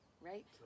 right